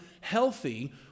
healthy